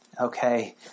okay